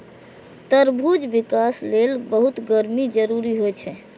तरबूजक विकास लेल बहुत गर्मी जरूरी होइ छै